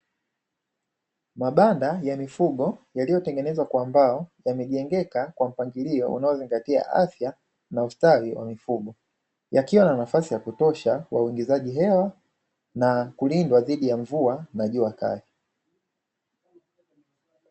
Mabanda ya mifugo yaliyotengenezwa kwa mbao, yamejengeka kwa mpangilio unaozingatia afya na ustawi wa mifugo, yakiwa na nafasi ya kutosha kwa uingizaji hewa na kulindwa dhidi ya mvua na jua kali.